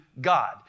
God